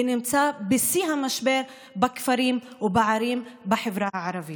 ונמצאת בשיא המשבר בכפרים ובערים בחברה הערבית.